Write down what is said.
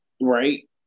Right